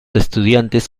estudiantes